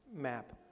Map